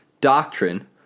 doctrine